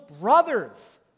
brothers